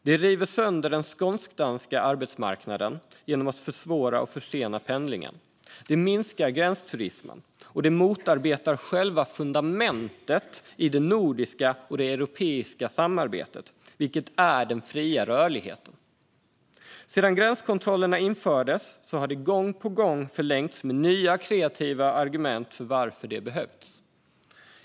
De river sönder den skånsk-danska arbetsmarknaden genom att försvåra och försena pendlingen, de minskar gränsturismen och de motarbetar själva fundamentet i det nordiska och europeiska samarbetet, vilket är den fria rörligheten. Sedan gränskontrollerna infördes har de gång på gång förlängts med nya, kreativa argument för varför de behövts.